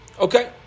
Okay